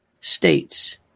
states